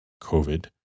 COVID